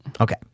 Okay